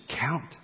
count